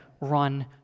run